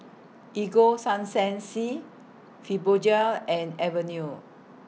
Ego Sunsense Fibogel and Avene